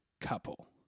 couple